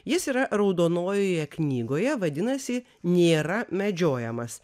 jis yra raudonojoje knygoje vadinasi nėra medžiojamas